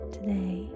Today